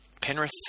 Penrith